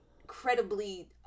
incredibly